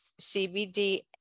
CBD